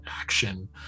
action